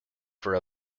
for